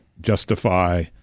justify